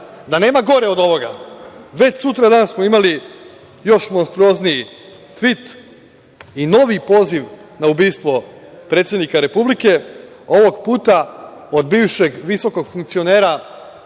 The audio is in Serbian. da nema gore od ovoga, već sutra dan smo imali još monstruozniji tvit i novi poziv na ubistvo predsednika Republike, ovog puta od bivšeg visokog funkcionera